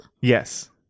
Yes